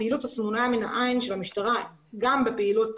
הפעילות הסמויה מן העין של המשטרה גם בפעילות